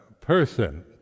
person